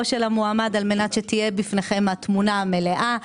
של המועמד כדי שתהיה בפניכם התמונה המלאה.